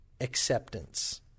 acceptance